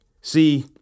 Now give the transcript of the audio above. See